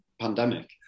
pandemic